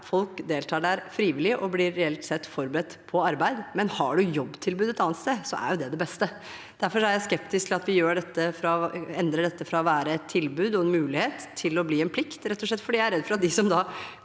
folk deltar der frivillig og reelt sett blir forberedt på arbeid. Men har man jobbtilbud et annet sted, er det det beste. Derfor er jeg skeptisk til at vi endrer dette fra å være et tilbud og en mulighet til å bli en plikt,